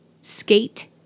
skate